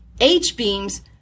H-beams